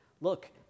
look